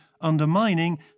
undermining